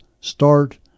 start